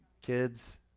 kids